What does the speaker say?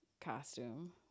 costume